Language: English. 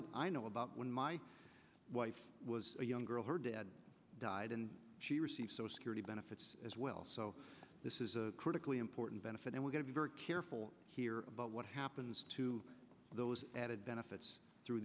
that i know about when my wife was a young girl her dad died and she receive social security benefits as well so this is a critically important benefit and we're going to be very careful here about what happens to those added benefits through